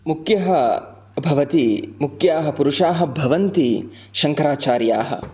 मुख्यः भवति मुख्याः पुरुषाः भवन्ति शङ्कराचार्याः